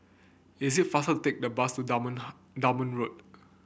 is it faster to take the bus to Dunman Dunman Road